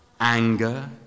anger